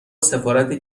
سفارت